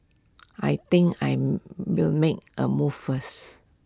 I think I am will make A move first